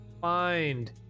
Find